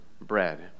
bread